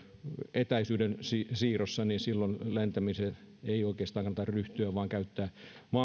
etäisyyksien siirtymisissä niin silloin lentämiseen ei oikeastaan kannata ryhtyä vaan käyttää